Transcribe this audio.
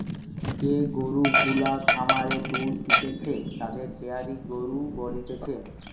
যে গরু গুলা খামারে দুধ দিতেছে তাদের ডেয়ারি গরু বলতিছে